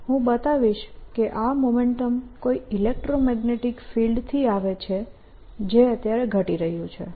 હું બતાવીશ કે આ મોમેન્ટમ કોઈ ઇલેક્ટ્રોમેગ્નેટીક ફિલ્ડથી આવે છે જે ઘટી રહ્યું છે